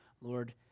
Lord